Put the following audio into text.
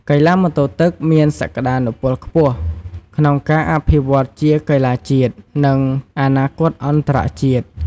កីឡាម៉ូតូទឹកមានសក្តានុពលខ្ពស់ក្នុងការអភិវឌ្ឍជាកីឡាជាតិ និងអនាគតអន្តរជាតិ។